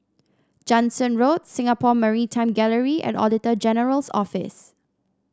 Jansen Road Singapore Maritime Gallery and Auditor General's Office